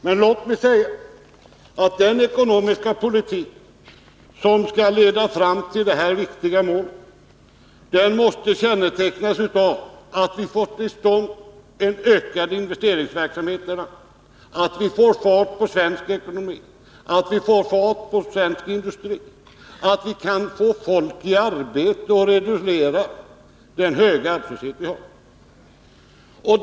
Men låt mig säga att den ekonomiska politik som skall leda fram till det här viktiga målet måste kännetecknas av att vi får en ökning av investeringsverksamheten, att vi får fart på den svenska ekonomin och den svenska industrin och att vi kan få folk i arbete och därmed reducera den stora arbetslösheten.